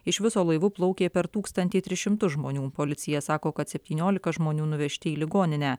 iš viso laivu plaukė per tūkstantį tris šimtus žmonių policija sako kad septyniolika žmonių nuvežti į ligoninę